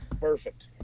Perfect